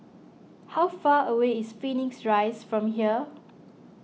how far away is Phoenix Rise from here